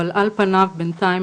אבל על פניו בינתיים,